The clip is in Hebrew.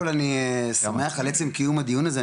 קודם כל אני שמח על עצם קיום הדיון הזה,